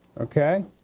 Okay